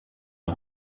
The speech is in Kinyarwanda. aha